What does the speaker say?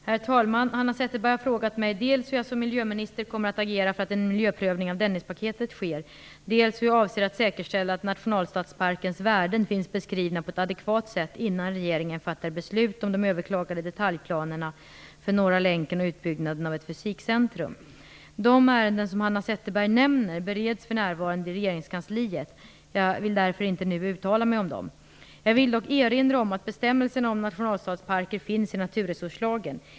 Herr talman! Hanna Zetterberg har frågat mig dels hur jag som miljöminister kommer att agera för att en miljöprövning av Dennispaketet sker, dels hur jag avser att säkerställa att nationalstadsparkens värden finns beskrivna på ett adekvat sätt innan regeringen fattar beslut om de överklagade detaljplanerna för De ärenden som Hanna Zetterberg nämner bereds för närvarande i regeringskansliet. Jag vill därför inte nu uttala mig om dem. Jag vill dock erinra om att bestämmelserna om nationalstadsparker finns i naturresurslagen.